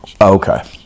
Okay